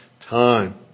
time